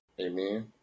Amen